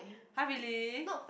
!huh! really